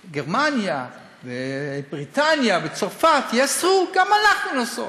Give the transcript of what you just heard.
גרמניה, בריטניה וצרפת יאסרו, גם אנחנו נאסור.